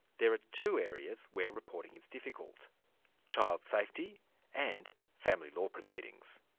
there are two areas where reporting is difficult child safety and family law proceedings.